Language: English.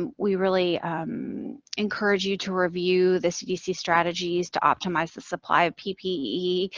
um we really encourage you to review the cdc strategies to optimize the supply of ppe